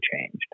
changed